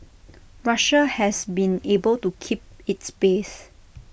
Russia has been able to keep its base